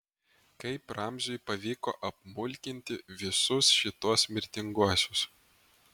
kaip ramziui pavyko apmulkinti visus šituos mirtinguosius